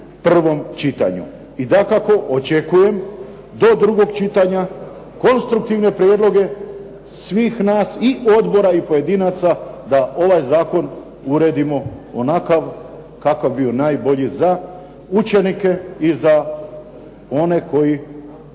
i dakako očekujem do drugog čitanja konstruktivne prijedloge svih nas i odbora i pojedinaca da ovaj Zakon uredimo onakav kakav bi bio najbolji za učenike i onima kojima